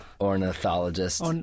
Ornithologist